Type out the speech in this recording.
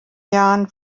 jahren